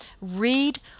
read